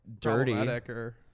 dirty